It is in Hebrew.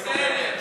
איל,